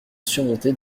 surmontée